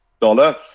Dollar